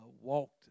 walked